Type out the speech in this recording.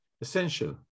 essential